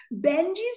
Benji's